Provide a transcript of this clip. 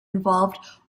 involved